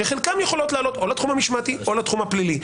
שחלקן יכולות להעלות או לתחום המשמעתי או לתחום הפלילי.